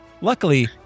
Luckily